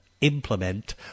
implement